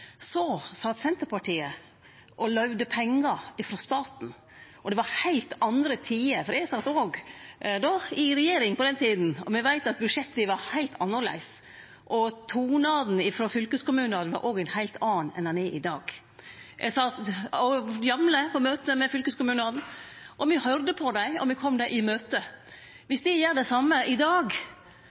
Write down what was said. sat Senterpartiet og løyvde pengar frå staten, og det var heilt andre tider. Eg sat i regjering på den tida, og me veit at budsjetta var heilt annleis, og tonen frå fylkeskommunane var òg ein heilt annan enn han er i dag. Eg sat jamleg på møte med fylkeskommunane. Me høyrde på dei, og me kom dei i møte. Dersom de gjer det same i dag,